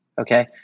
Okay